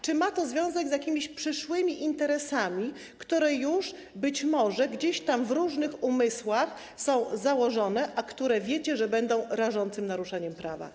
Czy ma to związek z jakimiś przyszłymi interesami, które już być może gdzieś tam w różnych umysłach są założone, a wiecie, że będą one rażącym naruszeniem prawa?